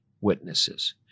witnesses